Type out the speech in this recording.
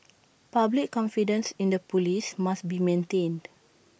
public confidence in the Police must be maintained